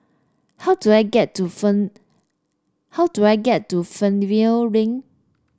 how do I get to Fern how do I get to Fernvale Link